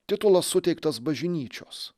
titulas suteiktas bažnyčios